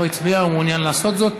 לא הצביע ומעוניין לעשות זאת?